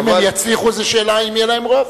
אם הם יצליחו, זו שאלה אם יהיה להם רוב.